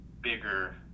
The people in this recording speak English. bigger